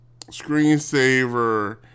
screensaver